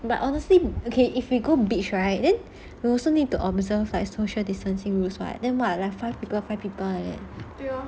but honestly okay if we go beach right then we also need to observe like social distancing rules [what] then like five people by people leh